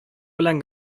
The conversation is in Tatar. белән